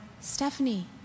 Stephanie